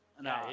No